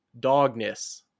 dogness